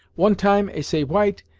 one time ey say white,